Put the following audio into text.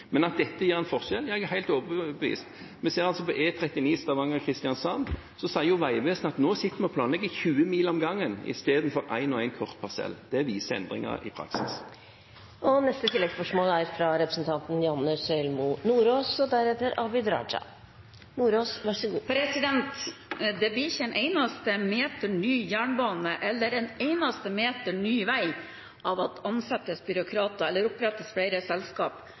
Men at dette gir en forskjell, er jeg helt overbevist om. Når det gjelder E39 Stavanger–Kristiansand, ser vi at Vegvesenet sier at de nå sitter og planlegger 20 mil om gangen i stedet for én og én kort parsell. Det viser endringer i praksis. Janne Sjelmo Nordås – til oppfølgingsspørsmål. Det blir ikke en eneste meter ny jernbane eller en eneste meter ny vei av at det ansettes byråkrater eller opprettes flere